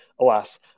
alas